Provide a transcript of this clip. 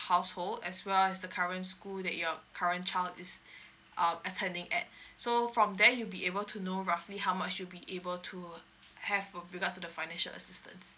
household as well as the current school that your current child is err attending at so from there you'll be able to know roughly how much you be able to have with regards to the financial assistance